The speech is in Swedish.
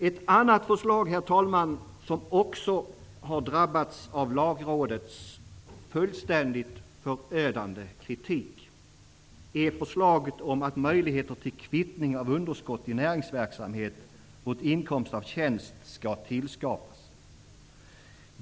Ett annat förslag, herr talman, som också har drabbats av Lagrådets fullständigt förödande kritik är förslaget om att möjligheter till kvittning av underskott i näringsverksamhet mot inkomst av tjänst skall tillskapas.